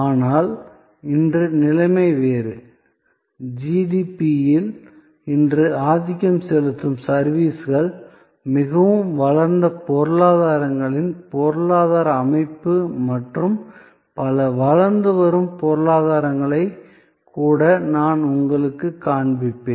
ஆனால் இன்று நிலைமை வேறு ஜிடிபியில் இன்று ஆதிக்கம் செலுத்தும் சர்விஸ்கள் மிகவும் வளர்ந்த பொருளாதாரங்களின் பொருளாதார அமைப்பு மற்றும் பல வளர்ந்து வரும் பொருளாதாரங்களைக் கூட நான் உங்களுக்குக் காண்பிப்பேன்